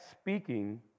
speaking